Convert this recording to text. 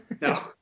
No